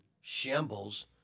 shambles